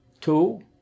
Two